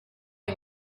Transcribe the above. wie